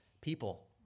people